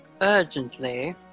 urgently